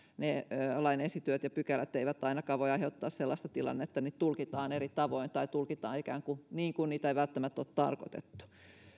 ne lain esityöt ja pykälät eivät ainakaan voi aiheuttaa sellaista tilannetta että niitä tulkitaan eri tavoin tai tulkitaan niin kuin niitä ei välttämättä ole tarkoitettu